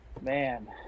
Man